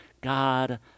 God